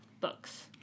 books